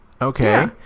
Okay